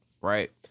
right